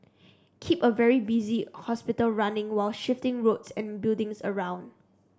keep a very busy hospital running while shifting roads and buildings around